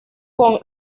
con